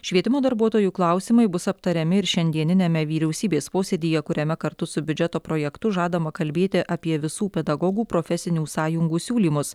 švietimo darbuotojų klausimai bus aptariami ir šiandieniniame vyriausybės posėdyje kuriame kartu su biudžeto projektu žadama kalbėti apie visų pedagogų profesinių sąjungų siūlymus